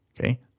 Okay